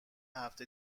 هفته